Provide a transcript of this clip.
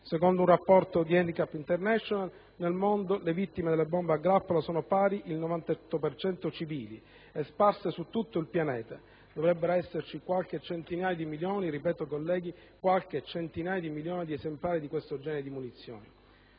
Secondo un rapporto di *Handicap International*, nel mondo le vittime delle bombe a grappolo sono per il 98 per cento civili e, sparse su tutto il pianeta, dovrebbero esserci qualche centinaio di milioni, ripeto colleghi, qualche centinaio di milioni di esemplari di questo genere di munizioni.